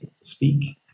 speak